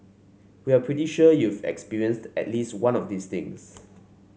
we're pretty sure you've experienced at least one of these things